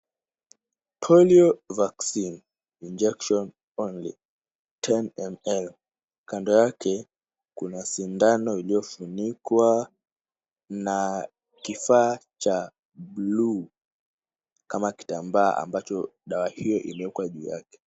Polio Vaccine injection only 10ml. Kando yake, sindano iliyofunikwa na kifaa cha bluu kama kitambaa ambayo dawa hiyo imewekwa juu yake.